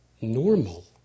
normal